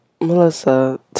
Melissa